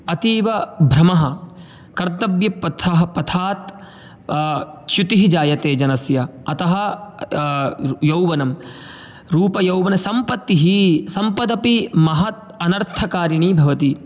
अतीव भ्रमः कर्तव्यपथः पथात् च्युतिः जायते जनस्य अतः यौवनं रूपयौवनसम्पत्तिः सम्पदपि महत् अनर्थकारिणी भवति